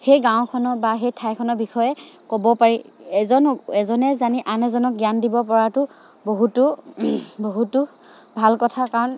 সেই গাঁওখনৰ বা সেই ঠাইখনৰ বিষয়ে ক'ব পাৰি এজনো এজনে জানি আন এজনক জ্ঞান দিব পৰাতো বহুতো বহুতো ভাল কথা কাৰণ